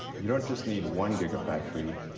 you don't just need one gigafactory.